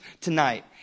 tonight